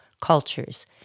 cultures